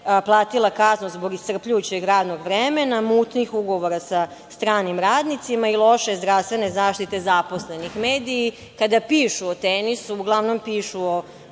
platila kaznu zbog iscrpljujućeg radnog vremena, mutnih ugovora sa stranim radnicima i loše zdravstvene zaštite zaposlenih. Mediji kada pišu o „Tenisu“ uglavnom pišu o